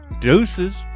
Deuces